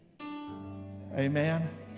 Amen